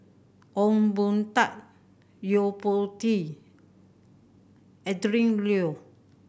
Ong Boon Tat Yo Po Tee Adrin Loi